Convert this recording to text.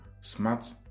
smart